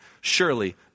surely